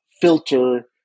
filter